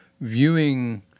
viewing